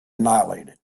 annihilated